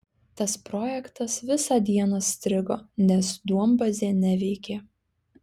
tas projektas visą dieną strigo nes duombazė neveikė